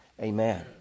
Amen